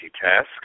task